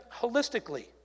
holistically